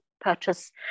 purchase